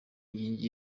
inkingi